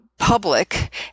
public